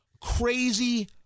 Crazy